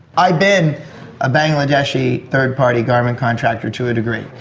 i've been a bangladeshi third party garment contractor to a degree,